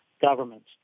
governments